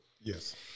Yes